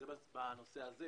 זה בנושא הזה.